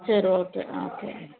சரி okay okay